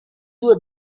due